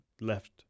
left